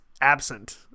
absent